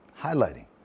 highlighting